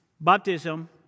baptism